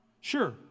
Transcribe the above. Sure